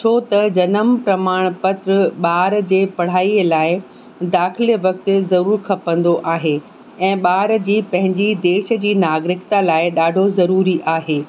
छो त जनम प्रमाणपत्र ॿार जे पढ़ाईअ लाइ दाख़िले वक़्तु ज़रूर खपंदो आहे ऐं ॿार जी पंहिंजी देश जी नागरिकता लाइ ॾाढो ज़रूरी आहे